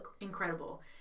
incredible